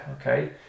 okay